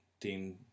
team